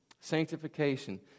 Sanctification